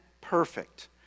perfect